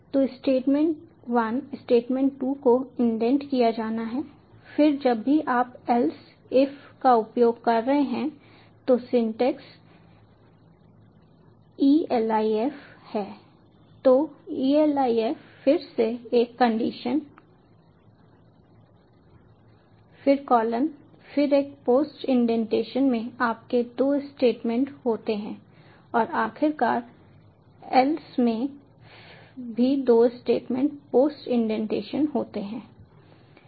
तो statement 1 statement 2 को indent किया जाना है फिर जब भी आप एल्स इफ का उपयोग कर रहे हैं तो सिंटैक्स elif है तो elif फिर से एक कंडीशन फिर कॉलन फिर एक पोस्ट इंडेंटेशन में आपके 2 स्टेटमेंट होते हैं और आखिरकार एल्स में भी 2 स्टेटमेंट पोस्ट इंडेंटेशन होते हैं